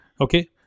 okay